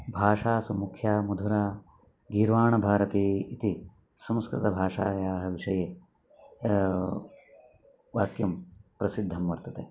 भाषासु मुख्या मधुरा गीर्वाणभारती इति संस्कृतभाषायाः विषये वाक्यं प्रसिद्धं वर्तते